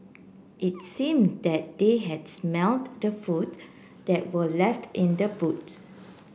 it seem that they had smelt the food that were left in the boot